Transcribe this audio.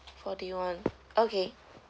forty one okay